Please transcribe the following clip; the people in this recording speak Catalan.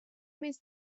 més